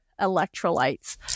electrolytes